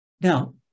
Now